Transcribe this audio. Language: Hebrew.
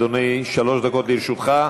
שלוש דקות לרשותך,